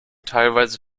teilweise